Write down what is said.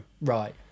Right